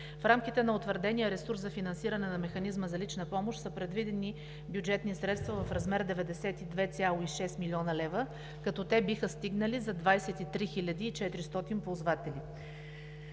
В рамките на утвърдения ресурс за финансиране на механизма за лична помощ са предвидени бюджетни средства в размер на 92,6 млн. лв., като те биха стигнали за 23 400 ползватели.